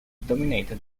dominated